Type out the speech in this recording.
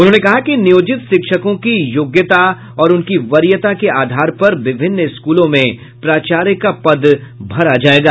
उन्होंने कहा कि नियोजित शिक्षकों की योग्यता और उनकी वरीयता के आधार पर विभिन्न स्कूलों में प्राचार्य का पद भरा जायेगा